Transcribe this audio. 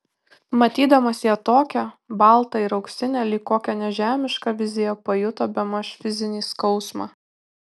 matydamas ją tokią baltą ir auksinę lyg kokią nežemišką viziją pajuto bemaž fizinį skausmą